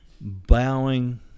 Bowing